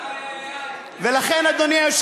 איי, איי, איי.